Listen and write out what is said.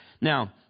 Now